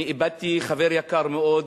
אני איבדתי חבר יקר מאוד,